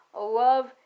love